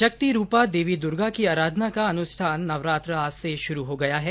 शक्ति रूपा देवी दूर्गा की आराधाना का अनुष्ठान नवरात्र आज से शुरू हो गया है